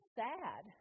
sad